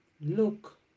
look